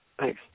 Thanks